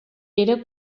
era